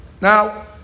Now